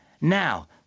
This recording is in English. Now